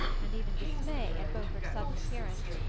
and even dismay, at beaufort's sudden appearance.